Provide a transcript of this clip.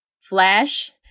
flash